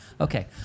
Okay